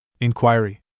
Inquiry